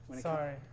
Sorry